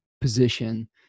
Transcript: position